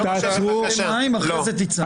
על מה אתם מדברים, אי ציות לפקודה?